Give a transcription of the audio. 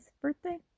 birthday